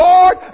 Lord